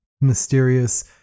mysterious